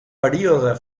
període